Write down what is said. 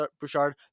Bouchard